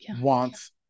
wants